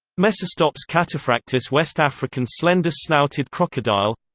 mecistops cataphractus west african slender-snouted crocodile